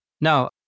Now